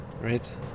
right